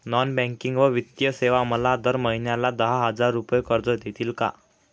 Non banking व वित्तीय सेवा मला दर महिन्याला दहा हजार रुपये कर्ज देतील का?